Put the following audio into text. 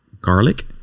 garlic